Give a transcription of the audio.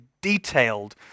detailed